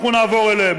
אנחנו נעבור אליהם.